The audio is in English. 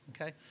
okay